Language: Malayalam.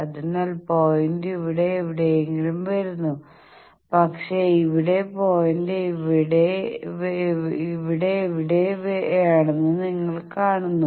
അതിനാൽ പോയിന്റ് ഇവിടെ എവിടെയോ വരുന്നു പക്ഷേ ഇവിടെ പോയിന്റ് ഇവിടെ എവിടെയോ ആണെന്ന് നിങ്ങൾ കാണുന്നു